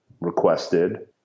requested